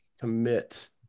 commit